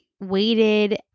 waited